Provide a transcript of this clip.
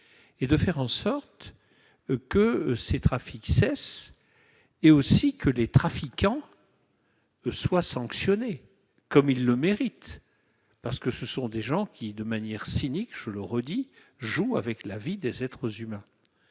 devons faire en sorte que ces trafics cessent et que les trafiquants soient sanctionnés comme ils le méritent ; ce sont des gens qui, de manière cynique, je le répète, jouent avec la vie des êtres humains.